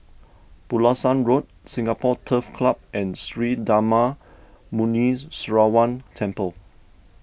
Pulasan Road Singapore Turf Club and Sri Darma Muneeswaran Temple